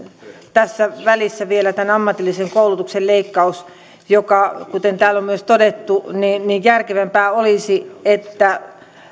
tässä välissä on vielä tämä ammatillisen koulutuksen leikkaus kuten täällä on myös todettu järkevämpää olisi että